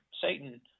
Satan